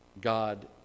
God